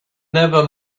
never